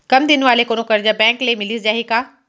कम दिन वाले कोनो करजा बैंक ले मिलिस जाही का?